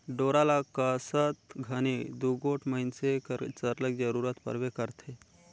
डोरा ल कसत घनी दूगोट मइनसे कर सरलग जरूरत परबे करथे